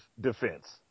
defense